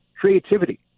Creativity